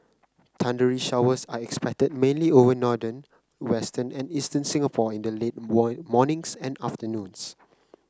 thundery showers are expected mainly over northern western and eastern Singapore in the late morning and afternoon